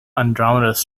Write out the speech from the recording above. andromeda